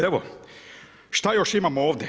Evo šta još imamo ovdje?